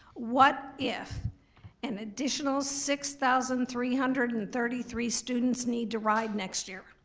what if an additional six thousand three hundred and thirty three students need to ride next year?